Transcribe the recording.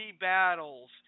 battles